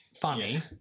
Funny